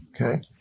Okay